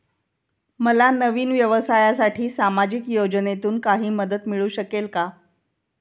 माझ्या नवीन व्यवसायासाठी सामाजिक योजनेतून काही मदत मिळू शकेल का?